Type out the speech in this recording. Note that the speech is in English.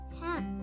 hat